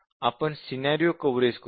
आपण scenario coverage करूया